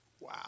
Wow